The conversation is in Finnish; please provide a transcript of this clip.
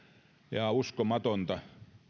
ja uskomatonta